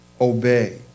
obey